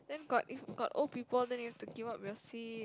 got if got old people then you have to give up your seat